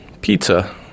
pizza